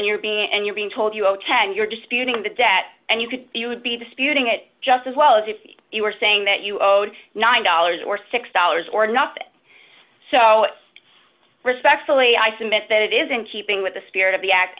and you're being and you're being told you owe ten you're disputing the debt and you could you would be disputing it just as well as if you were saying that you owed nine dollars or six dollars or nothing so respectfully i submit that it is in keeping with the spirit of the act